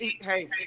Hey